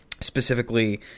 specifically